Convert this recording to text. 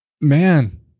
man